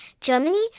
Germany